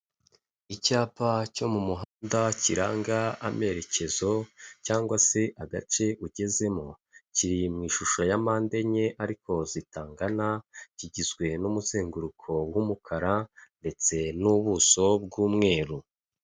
Icyapa cyo mu muhanda kiranga amerekezo cyangwa se agace ugezemo, kiri mu ishusho ya mande enye ariko zitangana, kigizwe n'umusenguruko w'umukara ndetse n'ubuso bw'umweru.